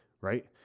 right